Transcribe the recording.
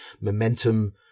momentum